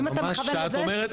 האם אתה מכוון לזה,